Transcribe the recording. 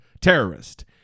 terrorist